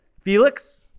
Felix